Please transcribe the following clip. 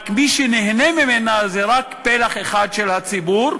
רק מי שנהנה ממנה זה רק פלח אחד של הציבור,